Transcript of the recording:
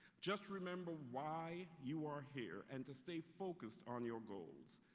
just remember why you are here and to stay focused on your goals.